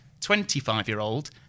25-year-old